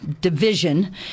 division